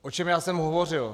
O čem já jsem hovořil?